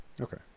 okay